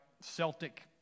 Celtic